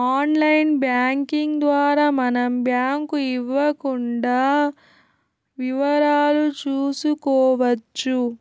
online banking ద్వారా మనం bank ఇవ్వకుండా వివరాలు చూసుకోవచ్చు